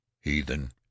Heathen